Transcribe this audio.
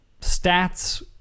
stats